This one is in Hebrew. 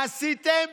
מה עשיתם?